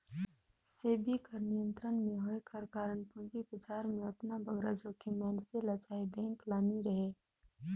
सेबी कर नियंत्रन में होए कर कारन पूंजी बजार में ओतना बगरा जोखिम मइनसे ल चहे बेंक ल नी रहें